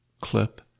clip